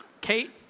Kate